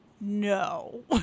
No